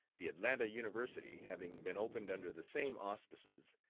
the atlanta university having been opened under the same auspices,